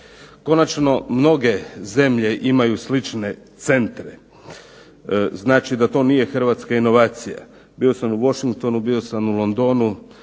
Konačno, mnoge zemlje imaju slične centre, znači da to nije hrvatska inovacija. Bio sam u Washingtonu, bio sam u Londonu